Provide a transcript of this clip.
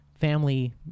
family